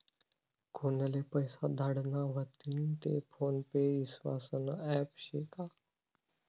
कोनले पैसा धाडना व्हतीन ते फोन पे ईस्वासनं ॲप शे का?